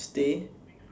stay